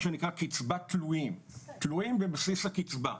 מה שנקרא קצבת תלויים, תלויים בבסיס הקצבה.